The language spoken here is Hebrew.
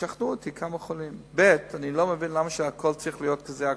תשכנעו אותי, כמה חולים.